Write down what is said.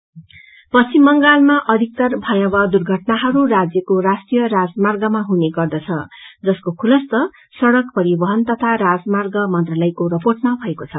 highway fatal पश्चिम बंगालमा अधिकतर भयवाह दुर्घटनाहरू राज्यको राष्ट्रिय राजमार्गमा हुने गर्दछ जसको खुलस्त सड़क परिवहन तथा राजमार्ग मंत्रालयको रिर्पोटमा भएको छ